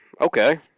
okay